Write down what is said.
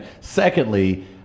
secondly